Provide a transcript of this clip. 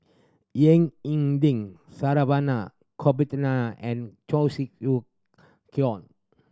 Ying E Ding Saravanan Gopinathan and Cheong Siew Keong